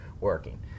working